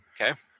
Okay